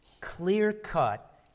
clear-cut